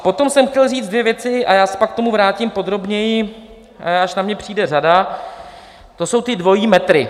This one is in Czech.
Potom jsem chtěl říct dvě věci a já se pak k tomu vrátím podrobněji, až na mě přijde řada to jsou ty dvojí metry.